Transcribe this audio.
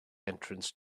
entrance